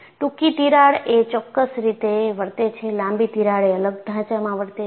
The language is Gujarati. ટૂંકી તિરાડ એ ચોક્કસ રીતે વર્તે છે લાંબી તિરાડ એ અલગ ઢાંચામાં વર્તે છે